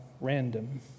random